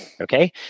Okay